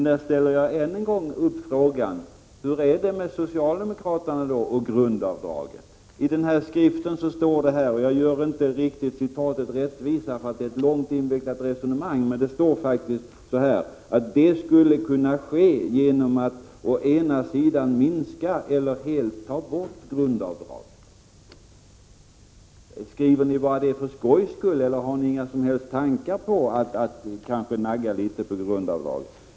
Där ställer jag än en gång frågan: Hur är det med socialdemokraterna och grundavdraget? I idéskriften står det — jag gör inte citatet rättvisa riktigt, för det är ett långt invecklat resonemang — att man skulle kunna minska eller helt ta bort grundavdraget. Skriver ni det bara för skojs skull, eller har ni tankar på att nagga litet på grundavdraget?